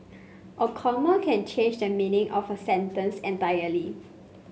a comma can change the meaning of a sentence entirely